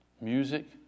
Music